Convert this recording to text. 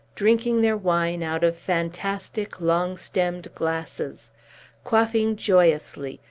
drinking their wine out of fantastic, long-stemmed glasses quaffing joyously,